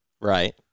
Right